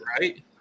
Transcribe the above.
right